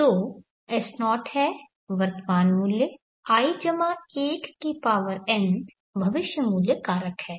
तो S0 है वर्तमान मूल्य 1in भविष्य मूल्य कारक है